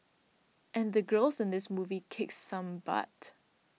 and the girls in this movie kicks some butt